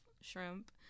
shrimp